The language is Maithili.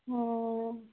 ओ